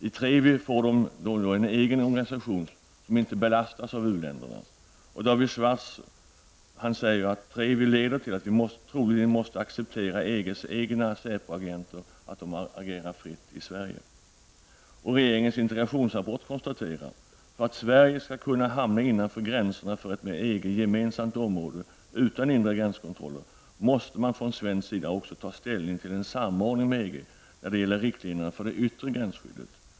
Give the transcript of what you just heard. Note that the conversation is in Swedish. I TREVI får de en egen organisation som inte belastas av u-länder. David Schwarz säger att TREVI leder till att vi troligen måste ''acceptera att EGs egna säpoagenter fritt opererar i Sverige''. Regeringens integrationsrapport konstaterar: ''För att Sverige skall kunna hamna innanför gränserna för ett med EG gemensamt område utan inre gränskontroller måste man från svensk sida också ta ställning till en samordning med EG när det gäller riktlinjerna för det yttre gränsskyddet''.